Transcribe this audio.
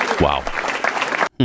Wow